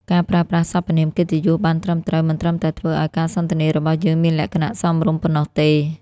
ការប្រើប្រាស់សព្វនាមកិត្តិយសបានត្រឹមត្រូវ មិនត្រឹមតែធ្វើឱ្យការសន្ទនារបស់យើងមានលក្ខណៈសមរម្យប៉ុណ្ណោះទេ។